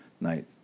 night